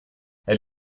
elle